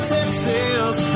Texas